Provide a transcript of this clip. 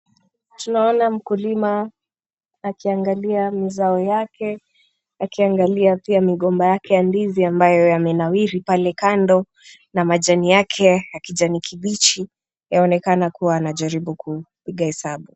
Tunaona mkulima akiangalia mazao yake, akiangalia pia migomba yake ya ndizi ambayo yamenawiri pale kando na majani yake ya kijani kibichi yaonekana kuwa anajaribu kupiga hesabu.